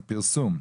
הפרסום: